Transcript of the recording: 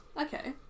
okay